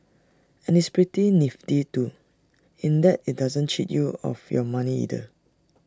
and it's pretty nifty too in that IT doesn't cheat you of your money either